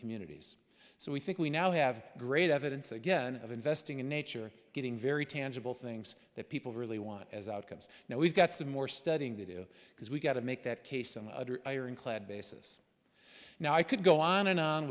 communities so we think we now have great evidence again of investing in nature getting very tangible things that people really want as outcomes now we've got some more studying to do because we've got to make that case an ironclad basis now i could go on and on